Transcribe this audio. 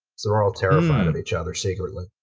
they're all terrified of each other, secretly